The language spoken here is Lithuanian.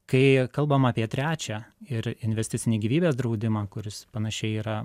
kai kalbam apie trečią ir investicinį gyvybės draudimą kuris panašiai yra